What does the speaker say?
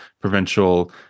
provincial